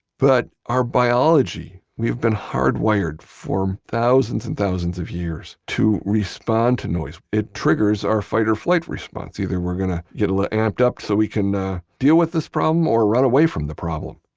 but our biology, we've been hardwired for thousands and thousands of years to respond to noise. it triggers our fight or flight response. either we're going to get a little amped up so we can deal with this problem or run away from the problem.